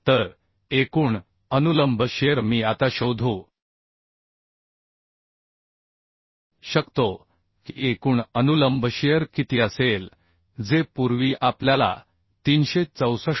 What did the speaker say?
तर एकूण अनुलंब शिअर मी आता शोधू शकतो की एकूण अनुलंब शिअर किती असेल जे पूर्वी आपल्याला 364